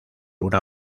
una